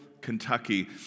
Kentucky